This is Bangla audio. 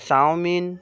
চাউমিন